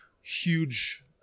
huge